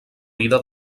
vida